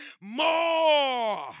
more